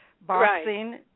boxing